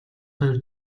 хоёр